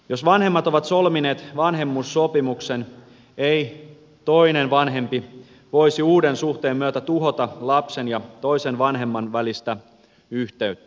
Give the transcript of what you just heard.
jos vanhemmat ovat solmineet vanhemmuussopimuksen ei toinen vanhempi voisi uuden suhteen myötä tuhota lapsen ja toisen vanhemman välistä yhteyttä